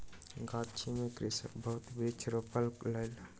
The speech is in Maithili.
गाछी में कृषक बहुत वृक्ष रोपण कयलक